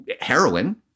heroin